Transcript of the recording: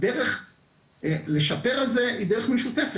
הדרך לשפר את זה היא דרך משותפת,